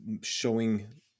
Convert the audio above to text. showing